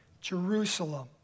Jerusalem